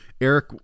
Eric